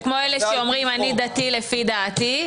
זה כמו אלה שאומרים: אני דתי לפי דעתי,